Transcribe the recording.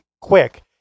quick